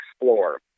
explore